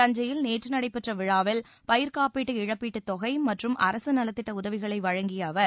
தஞ்சையில் நேற்று நடைபெற்ற விழாவில் பயிர்காப்பீடு இழப்பீட்டுத் தொகை மற்றும் அரசு நலத்திட்ட உதவிகளை வழங்கிய அவர்